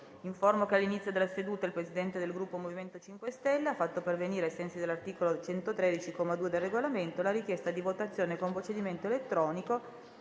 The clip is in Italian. che all'inizio della seduta il Presidente del Gruppo MoVimento 5 Stelle ha fatto pervenire, ai sensi dell'articolo 113, comma 2, del Regolamento, la richiesta di votazione con procedimento elettronico